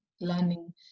learning